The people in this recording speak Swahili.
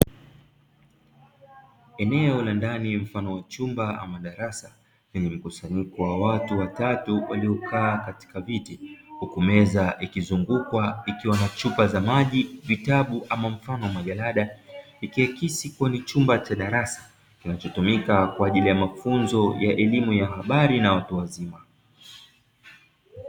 Eneo la ndani mfano wa chumba ama darasa lenye mkusanyiko wa watu watatu waliokaa katika viti huku meza ikizungukwa ikiwa na chupa za maji, vitabu au mfano wa majarada ikiakisi kuwa ni chumba cha darasa kinachotumika kwaajili ya mafunzo ya elimu ya habari na watu wazima.